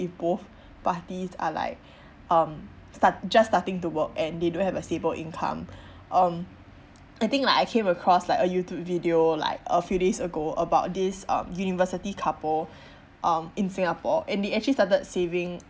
if both parties are like um start just starting to work and they don't have a stable income um I think like I came across like a youtube video like a few days ago about this um university couple um in singapore and they actually started saving